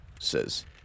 says